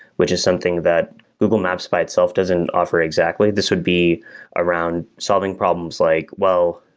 which is something that google maps by itself doesn't offer exactly. this would be around solving problems like, well,